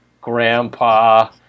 grandpa